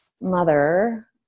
mother